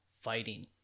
Fighting